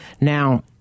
Now